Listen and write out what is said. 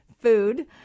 food